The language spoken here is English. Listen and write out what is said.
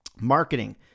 Marketing